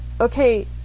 okay